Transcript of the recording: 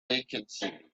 vacancy